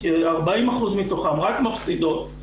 40% מתוכן רק מפסידות,